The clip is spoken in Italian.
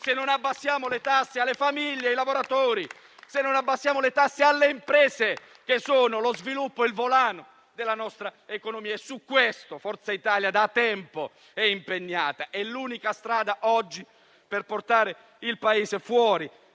se non abbassiamo le tasse alle famiglie, ai lavoratori e alle imprese, che sono il volano della nostra economia, e su questo Forza Italia da tempo è impegnata. È l'unica strada oggi per portare il Paese fuori